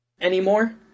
anymore